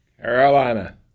carolina